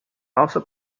also